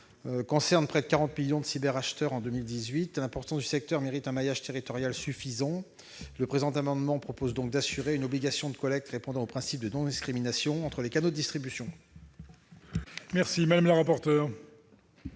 concerne près de 40 millions de cyberacheteurs en 2018. L'importance du secteur mérite un maillage territorial suffisant. Le présent amendement a pour objet d'assurer une obligation de collecte répondant au principe de non-discrimination entre les canaux de distribution. Quel est l'avis de